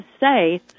say